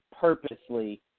purposely